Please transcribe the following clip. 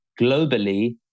globally